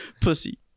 pussy